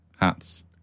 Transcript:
Hats